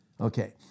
Okay